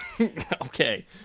Okay